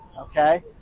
Okay